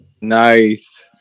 Nice